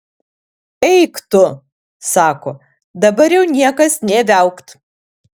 eik tu sako dabar jau niekas nė viaukt